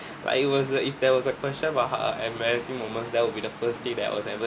but it was a if there was a question about how uh embarrassing moments that will be the first thing that I was ever